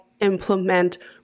implement